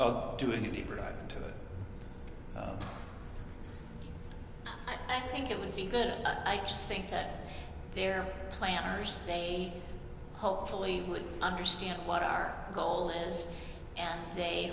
to i think it would be good i just think that they're planners they hopefully would understand what our goal is and they